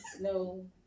No